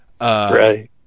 Right